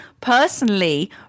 personally